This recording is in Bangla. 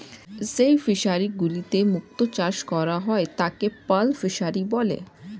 যেই ফিশারি গুলিতে মুক্ত চাষ করা হয় তাকে পার্ল ফিসারী বলে